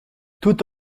toute